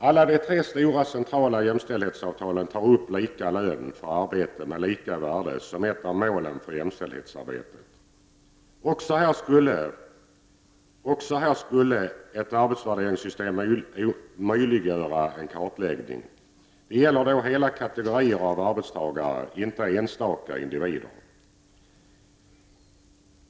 Alla de tre stora centrala jämställdhetsavtalen tar upp lika lön för arbete med lika värde som ett av målen för jämställdhetsarbetet. Också här skulle ett arbetsvärderingssystem möjliggöra en kartläggning. Det gäller då hela kategorier av arbetstagare, inte enstaka individer.